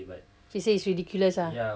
she say it's ridiculous ah